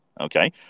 Okay